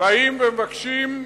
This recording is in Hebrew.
באים ומבקשים,